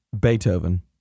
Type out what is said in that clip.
Beethoven